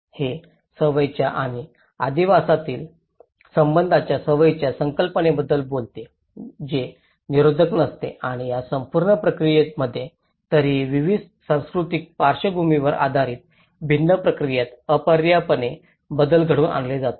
हे सवयीच्या आणि अधिवासातील संबंधांच्या सवयीच्या संकल्पनेबद्दल बोलते जे निरोधक नसते आणि या संपूर्ण प्रक्रियेमध्ये तरीही विविध सांस्कृतिक पार्श्वभूमीवर आधारित भिन्न प्रतिक्रियेत अपरिहार्यपणे बदल घडवून आणला जातो